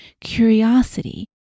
curiosity